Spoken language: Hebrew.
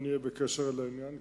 נהיה בקשר בעניין,